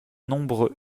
nombre